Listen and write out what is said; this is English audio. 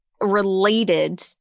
related